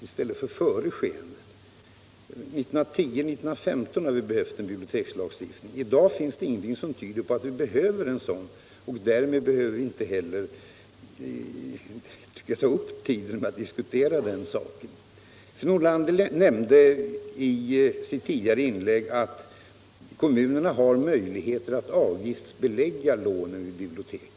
1910 eller 1915 hade vi behövt en bibliotekslagstiftning. I dag finns det ingenting som tyder på att vi behöver en sådan, och då behöver vi inte heller ta upp tiden med att diskutera den saken. Fru Nordlander nämnde i sitt första inlägg att kommunerna har möjligheter att avgiftsbelägga lånen i biblioteken.